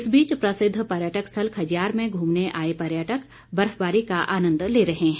इस बीच प्रसिद्ध पर्यटक स्थल खजियार में घूमने आए पर्यटक बर्फबारी का आनंद ले रहे हैं